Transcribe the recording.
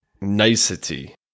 Nicety